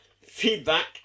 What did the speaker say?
feedback